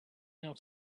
out